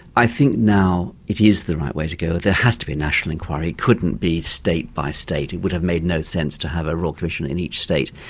i think now, it is the right way to go there has to be a national inquiry it couldn't be state by state. it would have made no sense to have a royal commission in each state.